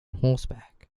horseback